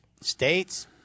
states